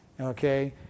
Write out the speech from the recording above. Okay